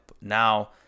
Now